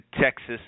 Texas